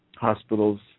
Hospitals